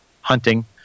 hunting